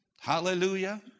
Hallelujah